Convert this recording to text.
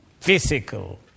physical